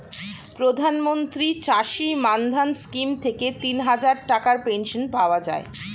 প্রধানমন্ত্রী চাষী মান্ধান স্কিম থেকে তিনহাজার টাকার পেনশন পাওয়া যায়